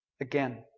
again